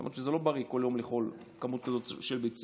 למרות שזה לא בריא בכל יום לאכול כמות כזו של ביצים.